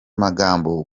magambo